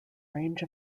range